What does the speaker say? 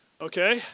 Okay